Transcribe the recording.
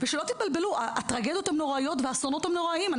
ושלא תתבלבלו הטרגדיות הן נוראיות והאסונות הם נוראיים,